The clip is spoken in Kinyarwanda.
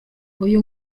uyu